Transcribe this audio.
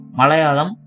Malayalam